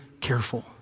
careful